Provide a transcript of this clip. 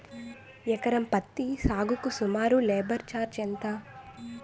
ఎకరం పత్తి సాగుకు సుమారు లేబర్ ఛార్జ్ ఎంత?